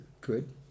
good